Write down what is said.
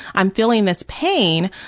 i'm feeling this pain.